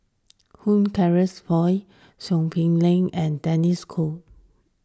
Hugh Charles Clifford Seow Poh Leng and Denis D'Cotta